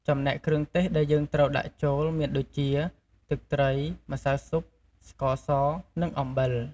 ចំណែកគ្រឿងទេសដែលយើងត្រូវដាក់ចូល មានដូចជា ទឹកត្រី ម្សៅស៊ុប ស្ករស និងអំបិល។